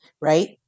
right